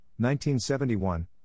1971